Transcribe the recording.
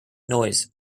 noise